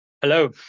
Hello